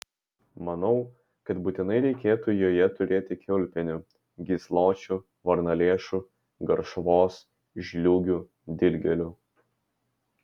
manau kad būtinai reikėtų joje turėti kiaulpienių gysločių varnalėšų garšvos žliūgių dilgėlių